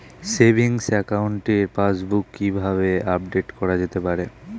Savings একাউন্টের passbook কি কিভাবে আপডেট করা যেতে পারে?